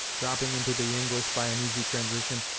dropping into the english by an easy transition,